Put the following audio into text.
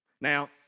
Now